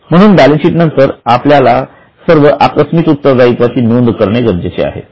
म्हणून बॅलन्सशीट नंतर आपल्याला सर्व आकस्मित उत्तरदायित्वाची नोंद करणे गरजेचे आहे